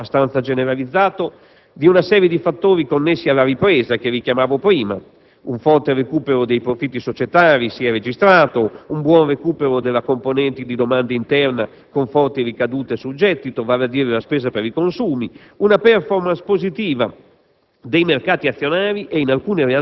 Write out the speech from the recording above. Ciò probabilmente avviene come riflesso, abbastanza generalizzato, di una serie di fattori connessi alla ripresa, che ho richiamato prima: un forte recupero dei profitti societari; un buon recupero delle componenti della domanda interna con forti ricadute sul gettito, vale a dire la spesa per i consumi; una *performance* positiva